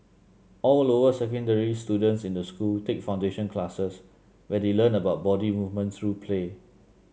all lower secondary students in the school take foundation classes where they learn about body movement through play